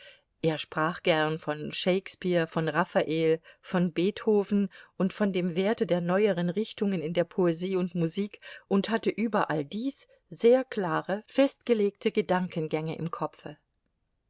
er sprach gern von shakespeare von raffael von beethoven und von dem werte der neueren richtungen in der poesie und musik und hatte über all dies sehr klare festgelegte gedankengänge im kopfe